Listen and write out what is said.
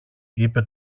είπε